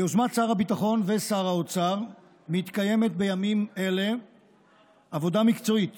ביוזמת שר הביטחון ושר האוצר מתקיימת בימים אלה עבודה מקצועית